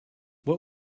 what